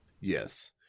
Yes